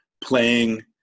playing